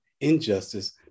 injustice